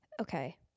Okay